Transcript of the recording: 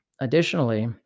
Additionally